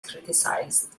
criticized